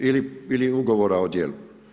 Ili ugovora o djelu.